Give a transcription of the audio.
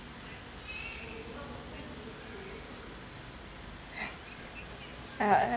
uh